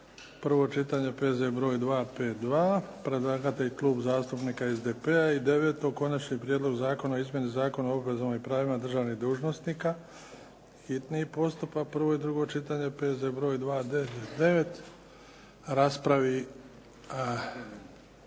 prvo čitanje, P.Z. br. 252, predlagatelj Klub zastupnika SDP-a i 9., Konačni prijedlog zakona o izmjeni Zakona o obvezama i pravima državnih dužnosnika, hitni postupak, prvo i drugo čitanje, P.Z. br. 299, raspravi